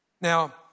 Now